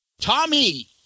Tommy